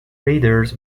readers